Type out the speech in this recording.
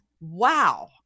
Wow